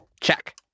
Check